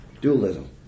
Dualism